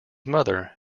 mother